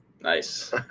Nice